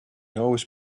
always